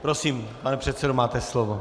Prosím, pane předsedo, máte slovo.